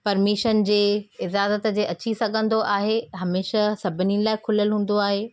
permission जे इजाज़त जे अची सघंदो आहे हमेशह सभिनी लाइ खुलियलु हूंदो आहे